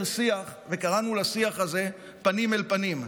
שיח וקראנו לשיח הזה "פנים אל פנים".